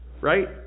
right